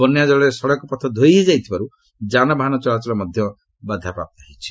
ବନ୍ୟାଜଳରେ ସଡ଼କ ପଥ ଧୋଇ ହୋଇଯାଇଥିବାରୁ ଯାନବାହନ ଚଳାଚଳ ବାଧାପ୍ରାପ୍ତ ହୋଇଛି